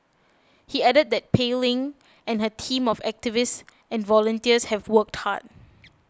he added that Pei Ling and her team of activists and volunteers have worked hard